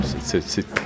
C'est